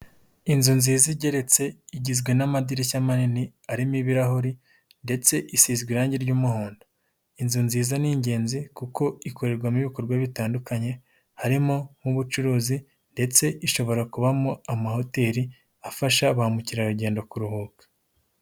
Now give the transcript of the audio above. Inzu nziza igeretse igizwe n'amadirishya manini arimo ibirahuri ndetse isizwe irangi ry'umuhondo. Inzu nziza ni ingenzi kuko ikorerwamo ibikorwa bitandukanye harimo nk'ubucuruzi ndetse ishobora kubamo amahoteli afasha ba mukerarugendo kuruhuka.